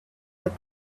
with